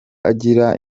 agira